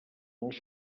molts